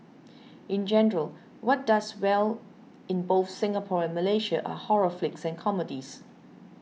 in general what does well in both Singapore and Malaysia are horror flicks and comedies